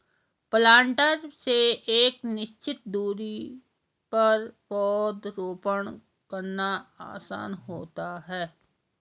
planter से एक निश्चित दुरी पर पौधरोपण करना आसान होता है